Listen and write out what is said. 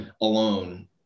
alone